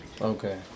Okay